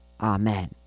amen